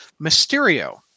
Mysterio